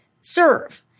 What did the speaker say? serve